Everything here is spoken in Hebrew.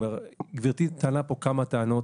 גברתי טענה פה כמה טענות.